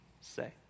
say